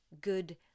good